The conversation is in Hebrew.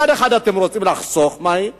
מצד אחד אתם רוצים לחסוך מים,